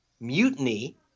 mutiny